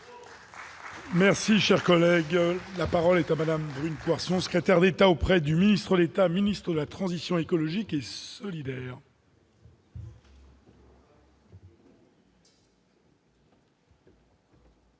Merci, cher collègue, la parole est à madame brune Poirson, secrétaire d'État auprès du ministre, l'État, ministre de la transition écologique et solidaire.